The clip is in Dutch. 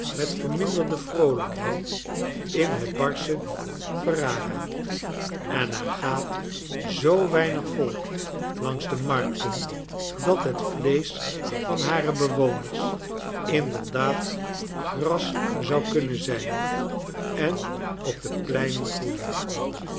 met verminderde vroolijkheid in het barsche ferrara en er gaat zoo weinig volk langs de markten dat het vleesch van hare bewoners inderdaad gras zou kunnen zijn en op depleinen groeien